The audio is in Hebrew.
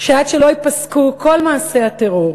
שעד שלא ייפסקו כל מעשי הטרור,